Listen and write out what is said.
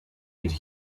could